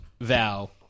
Val